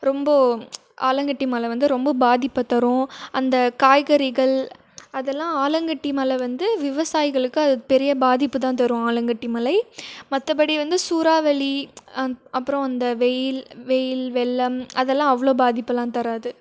ரொம்ப ஆலங்கட்டி மழை வந்து ரொம்ப பாதிப்பை தரும் அந்த காய்கறிகள் அதெல்லாம் ஆலங்கட்டி மழை வந்து விவசாயிகளுக்கு அது பெரிய பாதிப்பை தான் தரும் ஆலங்கட்டி மழை மற்றபடி வந்து சூறாவளி அந் அப்புறம் அந்த வெயில் வெயில் வெள்ளம் அதெல்லாம் அவ்வளோ பாதிப்பலாம் தராது